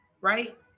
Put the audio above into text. Right